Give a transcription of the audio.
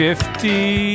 Fifty